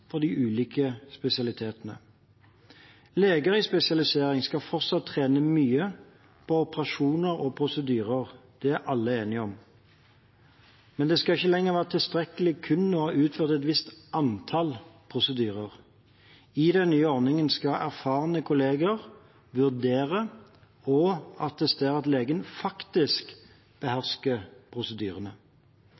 de ulike spesialitetene. Leger i spesialisering skal fortsatt trene mye på operasjoner og prosedyrer. Det er alle enige om. Men det skal ikke lenger være tilstrekkelig kun å ha utført et visst antall prosedyrer. I den nye ordningen skal erfarne kolleger vurdere og attestere at legen faktisk